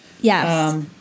Yes